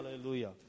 Hallelujah